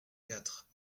quatre